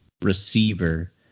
receiver